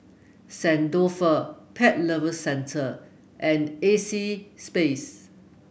Saint Dalfour Pet Lovers Center and A C space